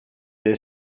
del